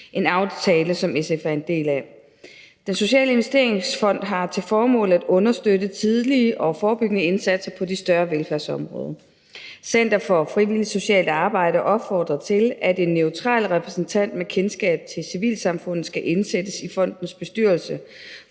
en aftale, som SF er en del af. Den Sociale Investeringsfond har til formål at understøtte tidlige og forebyggende indsatser på de større velfærdsområder. Center for Frivilligt Socialt Arbejde opfordrer til, at en neutral repræsentant med kendskab til civilsamfundet skal indsættes i fondens bestyrelse